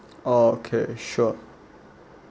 oh okay sure